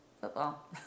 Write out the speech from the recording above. football